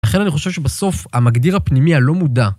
לכן אני חושב שבסוף המגדיר הפנימי הלא מודע.